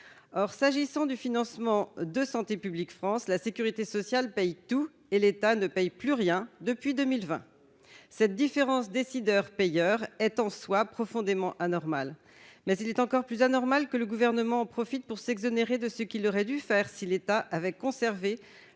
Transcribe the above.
or s'agissant du financement de santé publique, France, la sécurité sociale paye tout et l'État ne paye plus rien depuis 2020, cette différence décideurs payeur étant soit profondément anormal, mais il est encore plus anormal que le gouvernement en profite pour s'exonérer de ce qu'il aurait dû faire, si l'État avait conservé